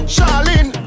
Charlene